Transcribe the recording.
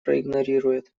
проигнорирует